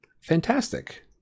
Fantastic